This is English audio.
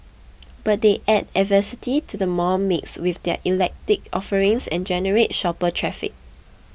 but they add diversity to the mall mix with their eclectic offerings and generate shopper traffic